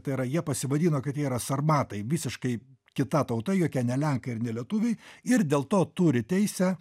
tai yra jie pasivadino kad jie yra sarmatai visiškai kita tauta jokie ne lenkai ir ne lietuviai ir dėl to turi teisę